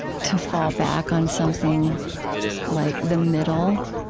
to fall back on something like the middle?